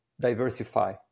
diversify